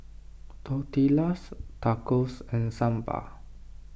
Tortillas Tacos and Sambar